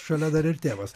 šalia dar ir tėvas